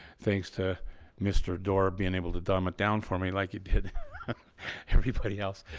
thanks to mr door being able to dumb it down for me like you did everybody else.